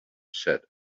said